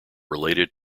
related